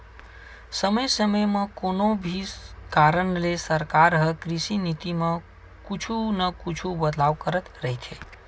समे समे म कोनो भी कारन ले सरकार ह कृषि नीति म कुछु न कुछु बदलाव करत रहिथे